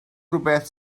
rhywbeth